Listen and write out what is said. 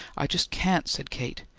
i just can't, said kate.